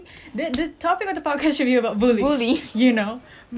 but like ya bullies uh I remember one time